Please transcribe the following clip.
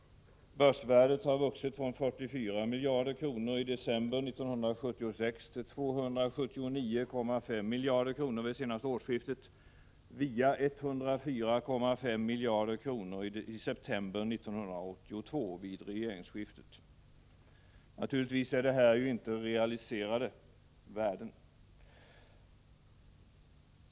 Börsvärdet har vuxit från 44 miljarder kronor i december 1976 till 279,5 miljarder kronor vid senaste årsskiftet via 104,5 miljarder kronor i september 1982 vid regeringsskiftet. Naturligtvis är det här fråga om icke realiserade värden.